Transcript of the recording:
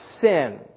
sin